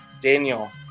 Daniel